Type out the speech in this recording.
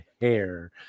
hair